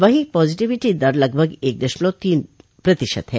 वहीं पॉजिविटी दर लगभग एक दशमलव तीन प्रतिशत है